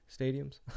stadiums